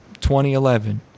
2011